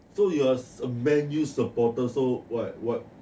so you are a man U supporter so what what